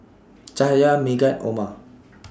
Cahaya Megat Omar